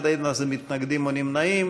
אין מתנגדים או נמנעים,